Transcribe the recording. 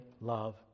love